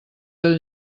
del